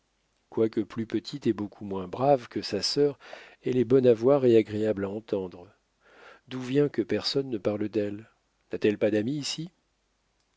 quoique plus petite et beaucoup moins brave que sa sœur elle est bonne à voir et agréable à entendre d'où vient que personne ne parle d'elle n'a-t-elle pas d'amis ici